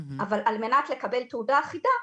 אבל על מנת לקבל תעודה אחידה,